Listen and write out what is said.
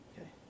okay